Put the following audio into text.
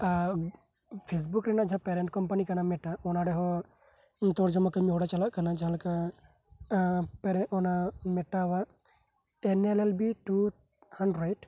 ᱟᱨ Facebook ᱨᱮᱱᱟᱜ ᱡᱟᱦᱟᱸ parent company ᱠᱟᱱᱟ ᱢᱤᱫᱴᱟᱡ ᱚᱱᱟ ᱨᱮᱦᱚᱸ ᱛᱚᱨᱡᱚᱢᱟ ᱠᱟᱢᱤ ᱦᱚᱨᱟ ᱪᱟᱞᱟᱜ ᱠᱟᱱᱟ ᱡᱟᱦᱟᱸ ᱞᱮᱠᱟ ᱯᱮᱨᱮᱡ ᱚᱱᱟ ᱢᱮᱴᱟᱣᱟᱜ L L B two hundred